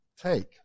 take